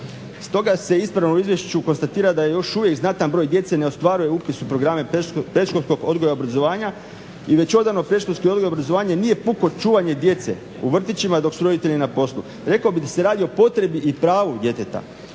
Stoga se ispravno u izvješću konstatira da još uvijek znatan broj djece ne ostvaruje upis u programe predškolskog odgoja i obrazovanja i već odavno predškolski odgoj i obrazovanje nije puko čuvanje djece u vrtićima dok su roditelji na poslu. Rekao bih da se radi o potrebi i pravu djeteta